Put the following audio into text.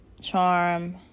charm